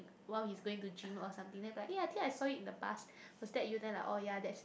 while he's going to gym or something then be like eh I think I saw you in the bus was that you then I like oh ya that's me